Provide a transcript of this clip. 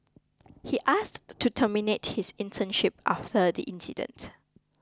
he asked to terminate his internship after the incident